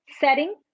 setting